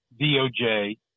DOJ